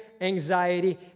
anxiety